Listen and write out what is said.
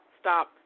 stop